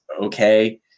okay